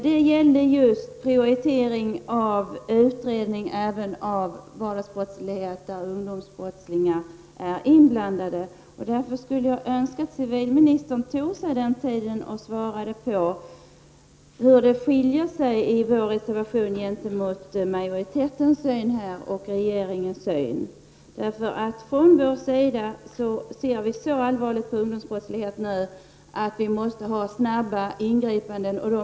Det gällde just prioritering av en utredning även av vardagsbrottslighet där ungdomsbrottslingar är inblandade. Därför skulle jag önska att civilministern tog sig den tiden och svarade på hur vår reservation skiljer sig från majoritetens och regeringens syn på denna fråga. Vi ser så allvarligt på ungdomsbrottsligheten att vi anser att snabba ingripanden måste göras.